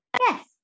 yes